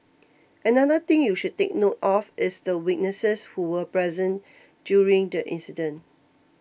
another thing you should take note of is the witnesses who were present during the incident